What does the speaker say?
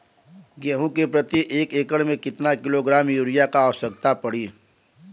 गेहूँ के प्रति एक एकड़ में कितना किलोग्राम युरिया क आवश्यकता पड़ी?